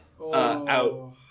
out